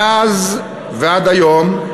מאז ועד היום,